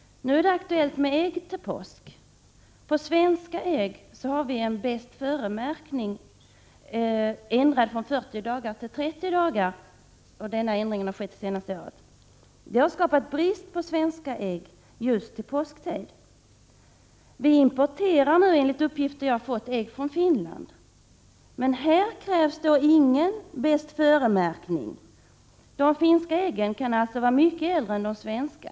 Det är aktuellt med ägg nu till påsk. För svenska ägg har vi en ”bäst före”-märkning. Tiden har det senaste året ändrats från 40 till 30 dagar. Det har skapat brist på svenska ägg just till påsk. Vi importerar enligt uppgift ägg från Finland, men för dessa krävs ingen ”bäst före”-märkning. De finska äggen kan alltså vara mycket äldre än de svenska.